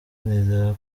nizera